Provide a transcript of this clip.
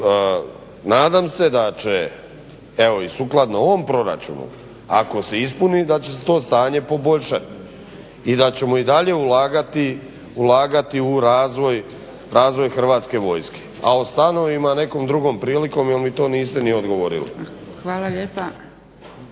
nadam se će evo i sukladno ovom proračunu ako se ispuni da će se to stanje poboljšati i da ćemo dalje ulagati u razvoj Hrvatskoj vojske. A o stanovima nekom drugom prilikom jel mi to niste ni odgovorili. **Zgrebec,